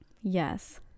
Yes